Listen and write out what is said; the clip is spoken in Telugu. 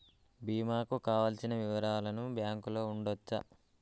బీమా కు కావలసిన వివరాలను బ్యాంకులో చూడొచ్చా?